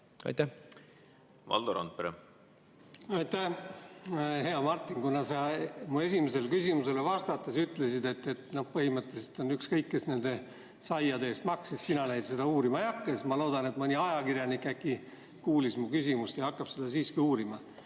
ei ole. Valdo Randpere. Aitäh! Hea Martin! Kuna sa mu esimesele küsimusele vastates ütlesid, et põhimõtteliselt on ükskõik, kes nende saiade eest maksis, sina seda uurima ei hakka, siis ma loodan, et mõni ajakirjanik äkki kuulis mu küsimust ja hakkab seda siiski uurima. Aga